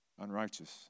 unrighteous